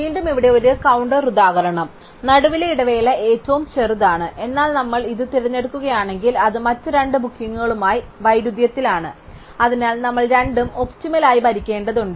വീണ്ടും ഇവിടെ ഒരു കൌണ്ടർ ഉദാഹരണം നടുവിലെ ഇടവേള ഏറ്റവും ചെറുതാണ് എന്നാൽ നമ്മൾ ഇത് തിരഞ്ഞെടുക്കുകയാണെങ്കിൽ അത് മറ്റ് രണ്ട് ബുക്കിംഗുകളുമായി വൈരുദ്ധ്യത്തിലാണ് അതിനാൽ നമ്മൾ രണ്ടും ഒപ്റ്റിമൽ ആയി ഭരിക്കേണ്ടതുണ്ട്